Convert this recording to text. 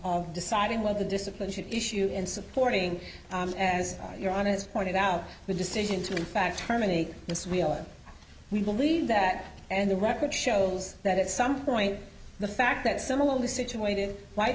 of deciding what the discipline should issue and supporting as you're honest pointed out the decision to in fact terminate this wheel we believe that and the record shows that at some point the fact that similarly situated my